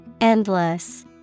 Endless